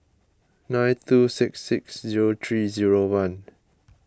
nine two six six zero three zero one